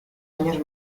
años